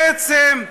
בעצם,